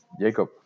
Jacob